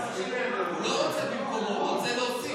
הוא לא רוצה במקומו, הוא רוצה להוסיף.